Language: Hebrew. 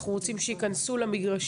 אנחנו רוצים שיכנסו למגרשים.